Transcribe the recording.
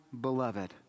beloved